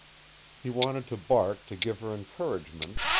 he wanted to bark to give her encouragement,